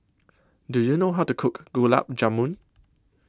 Do YOU know How to Cook Gulab Jamun